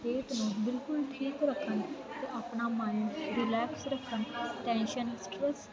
wait ਨੂੰ ਬਿਲਕੁਲ ਠੀਕ ਰੱਖਣ ਅਤੇ ਆਪਣਾ ਮਾਇੰਡ ਰਿਲੈਕਸ ਰੱਖਣ ਟੈਂਸਨ ਸਟਰੈਸ